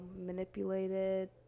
manipulated